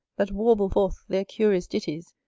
that warble forth their curious ditties,